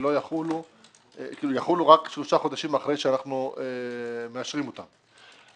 יחולו רק שלושה חודשים אחרי שאנחנו מאשרים אותן.